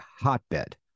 hotbed